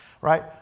Right